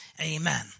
Amen